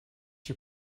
you